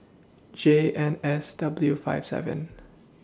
J N S W five seven